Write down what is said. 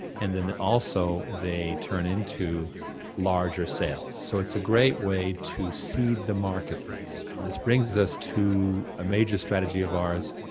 and then also, they turn into larger sales. so it's a great way to see the marketplace. this brings us to a major strategy of ours,